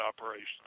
operation